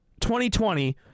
2020